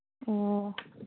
ꯑꯣ